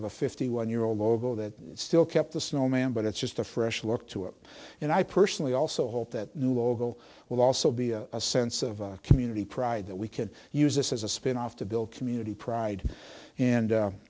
of a fifty one year old logo that still kept the snowman but it's just a fresh look to it and i personally also hope that new ogle will also be a sense of community pride that we can use this as a spinoff to build community pride and